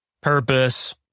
purpose